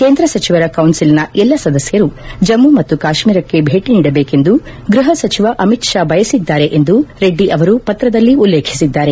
ಕೇಂದ್ರ ಸಚಿವರ ಕೌನ್ಸಿಲ್ನ ಎಲ್ಲ ಸದಸ್ಯರು ಜಮ್ಮು ಮತ್ತು ಕಾಶ್ಮೀರಕ್ಕೆ ಭೇಟಿ ನೀಡಬೇಕೆಂದು ಗೃಹ ಸಚಿವ ಅಮಿತ್ ಶಾ ಬಯಸಿದ್ದಾರೆ ಎಂದು ರೆಡ್ಡಿ ಅವರು ಪತ್ರದಲ್ಲಿ ಉಲ್ಲೇಖಿಸಿದ್ದಾರೆ